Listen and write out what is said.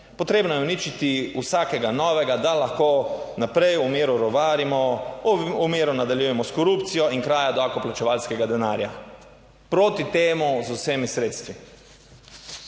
potrebno je uničiti vsakega novega, da lahko naprej v miru rovarimo, v miru nadaljujemo s korupcijo in kraja davkoplačevalskega denarja. proti temu z vsemi sredstvi.